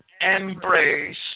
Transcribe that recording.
embrace